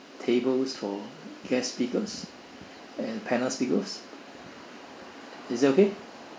tables for guest speakers and panel speakers is that okay